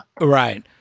Right